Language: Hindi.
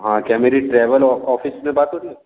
हाँ क्या मेरी ट्रैवल ऑफिस में बात हो रही है